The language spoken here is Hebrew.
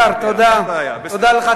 סגן השר, תודה, תודה לך.